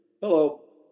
Hello